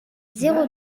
zéro